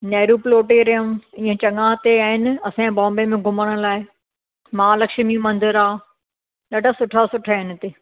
Nehru planetarium इएं चङा हिते आहिनि असांजे बॉम्बे में घुमण लाइ महालक्ष्मी मंदरु आहे ॾाढा सुठा सुठा आहिनि हिते